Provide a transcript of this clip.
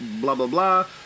blah-blah-blah